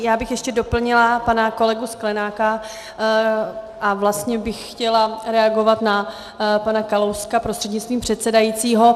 Já bych ještě doplnila pana kolegu Sklenáka a vlastně bych chtěla reagovat na pana Kalouska prostřednictvím předsedajícího.